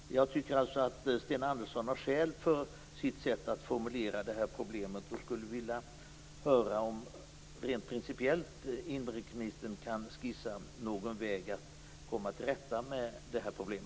Jag tycker alltså att Sten Andersson har skäl för sitt sätt att formulera problemet. Jag skulle vilja höra om inrikesministern rent principiellt kan skissa någon väg att komma till rätta med detta problem.